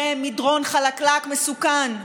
זה מדרון חלקלק ומסוכן.